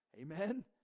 Amen